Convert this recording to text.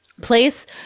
place